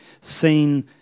seen